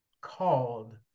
called